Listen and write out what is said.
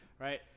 right